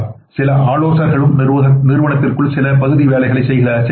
சில ஆலோசகர்களும் நிறுவனத்திற்குள் சில பகுதி வேலைகளைச் செய்கிறார்கள்